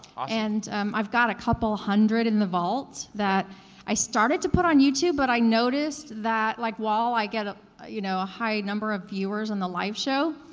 and i've got a couple hundred in the vault, that i started to put on youtube, but i noticed that like while i get ah you know a high number of viewers on the live show,